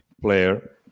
player